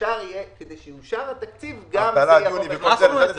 שכאשר יאושר התקציב, גם זה יבוא.